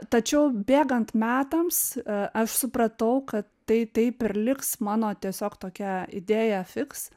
tačiau bėgant metams aš supratau kad tai taip ir liks mano tiesiog tokia idėja fiks